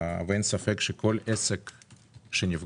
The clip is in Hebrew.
ואין ספק שכל עסק שנפגע,